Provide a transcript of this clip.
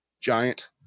Giant